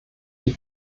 die